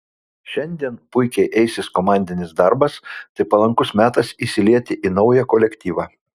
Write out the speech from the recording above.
šiandien puikiai eisis komandinis darbas tai palankus metas įsilieti į naują kolektyvą